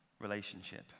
relationship